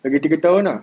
lagi tiga tahun ah